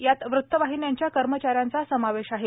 यात वृत्तवाहिन्यांच्या कर्मचाऱ्यांचा समावेश आहे